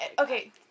Okay